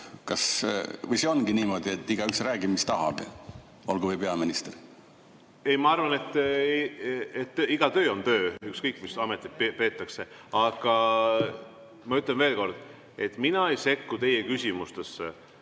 Või see ongi niimoodi, et igaüks räägib, mis tahab, olgu või peaminister? Ei, ma arvan, et töö on töö, ükskõik mis ametit peetakse. Aga ma ütlen veel kord, et mina ei sekku teie küsimustesse.